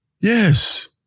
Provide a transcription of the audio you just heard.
Yes